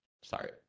Sorry